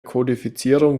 kodifizierung